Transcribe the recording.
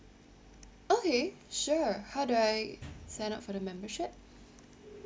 okay sure how do I sign up for the membership